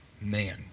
Man